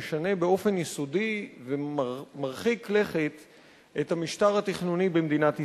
שמשנה באופן יסודי ומרחיק לכת את המשטר התכנוני במדינת ישראל.